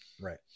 Right